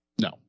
no